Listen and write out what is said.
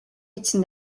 için